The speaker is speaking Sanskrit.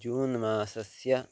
जून् मासस्य